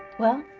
well,